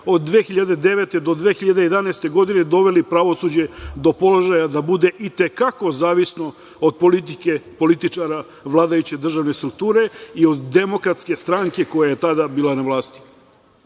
od 2009. do 2011. godine, doveli pravosuđe do položaja da bude i te kako zavisno od politike, političara, vladajuće državne strukture i od Demokratske stranke koja je tada bila na